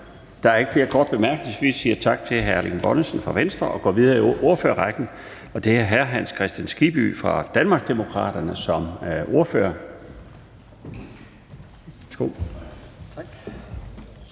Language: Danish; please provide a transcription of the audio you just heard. Der er ikke flere korte bemærkninger, så vi siger tak til hr. Erling Bonnesen fra Venstre og går videre i ordførerrækken. Det er hr. Hans Kristian Skibby fra Danmarksdemokraterne som ordfører.